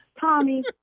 Tommy